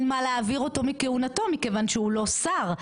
מה להעביר אותו מכהונתו מכיוון שהוא לא שר.